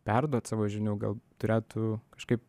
perduot savo žinių gal turėtų kažkaip